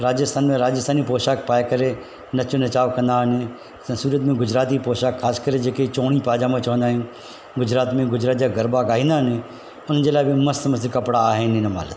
राजस्थान में राजस्थानी पोशाक पाए करे नचु नचाव कंदा आहिनि असां जे सूरत में गुजराती पोशाक ख़ासि करे जेके चोड़ी पैजामा जंहिंखे चवंदा आहियूं गुजरात में गुजरात जा गरबा ॻाईंदा आहिनि उन जे लाइ बि मस्तु मस्तु कपिड़ा आहिनि हिनमहिल